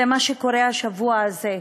מה שקורה השבוע הזה,